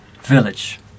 village